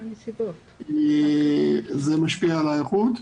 זה משפיע על האיכות.